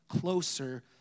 closer